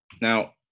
Now